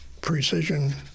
Precision